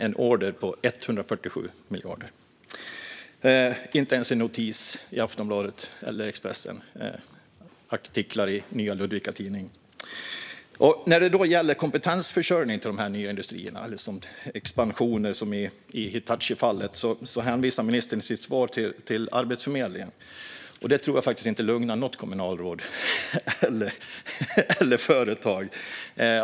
En order på 147 miljarder fick inte ens en notis i Aftonbladet eller Expressen; det blev artiklar i Nya Ludvika Tidning. När det gäller kompetensförsörjning till de nya industrierna eller till expansioner, som i Hitachifallet, hänvisar ministern i sitt svar till Arbetsförmedlingen. Det tror jag faktiskt inte lugnar något kommunalråd eller företag.